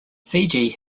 fiji